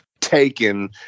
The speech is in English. taken